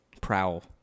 Prowl